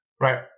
Right